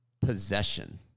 possession